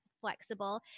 flexible